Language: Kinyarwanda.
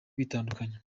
kwitandukanya